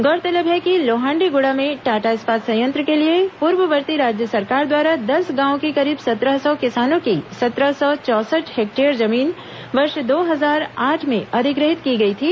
गौरतलब है कि लोहंडीग्ड़ा में टाटा इस्पात संयंत्र के लिए पूर्ववर्ती राज्य सरकार द्वारा दस गांवों के करीब सत्रह सौ किसानों की सत्रह सौ चौसठ हेक्टेयर जमीन वर्ष दो हजार आठ में अधिग्रहित की गई थी